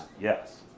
yes